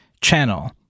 channel